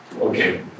okay